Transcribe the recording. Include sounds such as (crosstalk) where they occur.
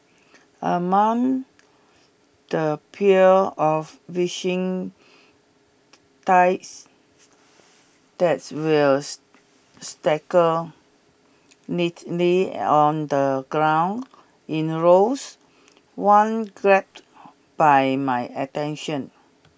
among the pure of wishing (unintelligible) tides that were (unintelligible) neatly on the ground in rows one grabbed by my attention